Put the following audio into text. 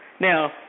Now